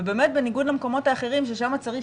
ובאמת בניגוד למקומות אחרים ששם צריך